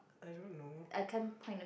I don't know